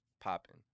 popping